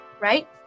right